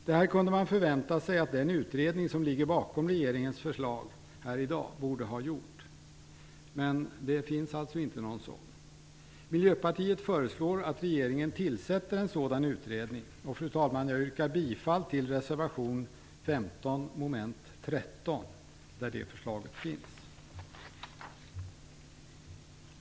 Man kunde ha förväntat sig att den utredning som ligger bakom regeringens förslag här i dag hade gjort detta. Men det finns alltså inte någon sådan. Miljöpartiet föreslår att regeringen tillsätter en sådan utredning. Fru talman! Jag yrkar bifall till reservation 15 vad gäller mom. 13, där det förslaget finns.